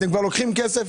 אתם כבר לוקחים כסף,